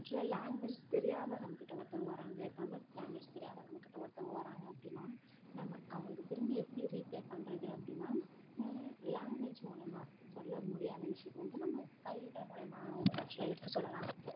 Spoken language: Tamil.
ஆக்ச்சுவலாக லாங்குவேஜ் தெரியாமல் நம்ம கிட்டே ஒருத்தவங்க வராங்க தமிழ் லாங்குவேஜ் தெரியாமல் நம்ம கிட்டே ஒருத்தவங்க வராங்க அப்படினா நம்ம அவங்களுக்கு திரும்பி எப்படி ரீப்ளே பண்ணுறது அப்படினா லாங்குவேஜ் மூலமாக சொல்ல முடியாத விஷயத்த வந்து நம்ம சைகைகள் மூலிமா அவர்களுக்கு ஆக்ச்சுவலாக எடுத்து சொல்லலாம்